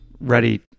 ready